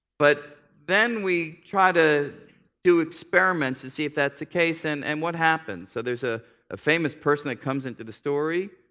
but then we try to do experiments and see if that's the case and and what happens? so there's a ah famous person that comes into the story,